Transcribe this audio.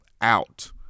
out